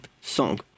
song